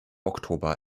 oktober